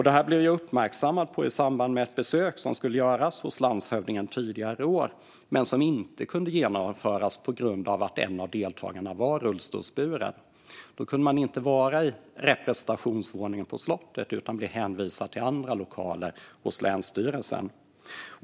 Det uppmärksammades i samband med ett besök som skulle göras hos landshövdingen tidigare i år men som inte kunde genomföras på grund av att en av deltagarna var rullstolsburen. Då kunde man inte vara i representationsvåningen på slottet utan blev hänvisad till andra lokaler hos länsstyrelsen.